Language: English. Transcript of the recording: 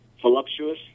Voluptuous